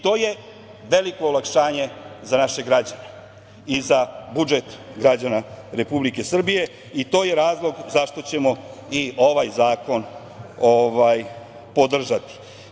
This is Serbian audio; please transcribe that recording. To je veliko olakšanje za naše građane i za budžet građana Republike Srbije i to je razlog zašto ćemo i ovaj zakon podržati.